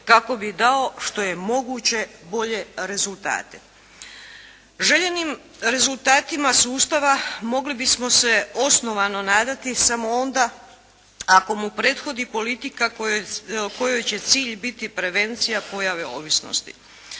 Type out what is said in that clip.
kako bi dao što je moguće bolje rezultate. Željenim rezultatima sustava mogli bismo se osnovano nadati samo onda ako mu prethodni politika kojoj će cilj biti prevencija pojave ovisnosti.